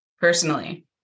personally